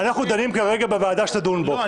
אנחנו דנים כרגע בוועדה שתדון בו.